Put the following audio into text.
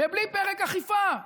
ובלי פרק אכיפה.